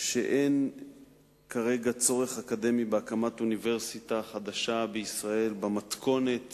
שאין כרגע צורך אקדמי בהקמת אוניברסיטה חדשה בישראל במתכונת